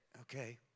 okay